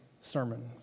sermon